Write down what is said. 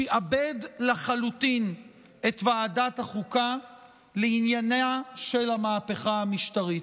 שעבד לחלוטין את ועדת החוקה לעניינה של המהפכה המשטרית,